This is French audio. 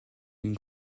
une